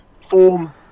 Form